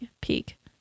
peak